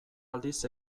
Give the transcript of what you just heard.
aldiz